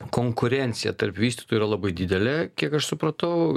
konkurencija tarp vystytojų yra labai didelė kiek aš supratau